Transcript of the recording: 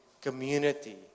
community